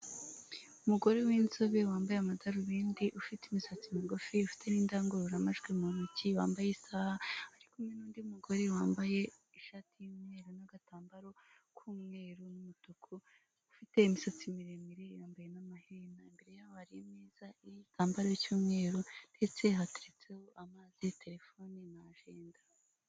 Umugore w'inzobe wambaye amadarubindi, ufite imisatsi migufi, ufite n'indangururamajwi mu ntoki, wambaye isaha, ari kumwe n'undi mugore wambaye ishati y'umweru n'agatambaro k'umweru n'umutuku, ufite imisatsi miremire, yambaye n'amaherena. Imbere yaho hari ameza ariho igitamabaro cy'umweru ndetse hateretseho amazi, telefoni na ajenda.